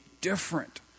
different